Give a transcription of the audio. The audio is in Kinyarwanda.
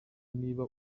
niba